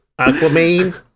Aquaman